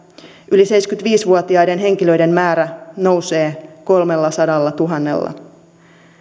yli seitsemänkymmentäviisi vuotiaiden henkilöiden määrä nousee kolmellasadallatuhannella